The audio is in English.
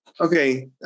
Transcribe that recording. Okay